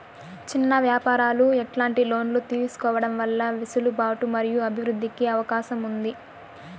చిన్న వ్యాపారాలు ఎట్లాంటి లోన్లు తీసుకోవడం వల్ల వెసులుబాటు మరియు అభివృద్ధి కి అవకాశం ఉంది?